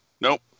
Nope